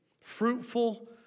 Fruitful